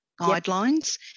Guidelines